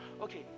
Okay